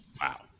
Wow